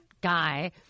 guy